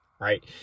right